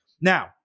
Now